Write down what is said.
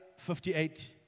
58